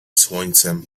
słońcem